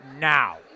now